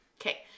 Okay